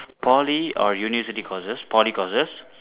Poly or university courses Poly courses